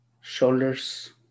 shoulders